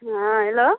हँ हेलो